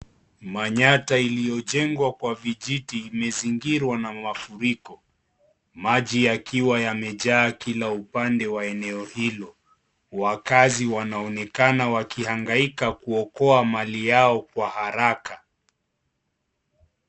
Manyatta iliyojengwa kwa vijiti imezingirwa na mafuriko, maji yakiwa yamejaa Kila upande wa eneo hilo wakaazi wanaonekana wakiangaika kuokoa mali yao kwa haraka .